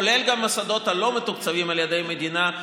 כולל המוסדות הלא-מתוקצבים על ידי המדינה.